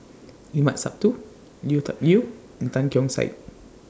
Limat Sabtu Lui Tuck Yew and Tan Keong Saik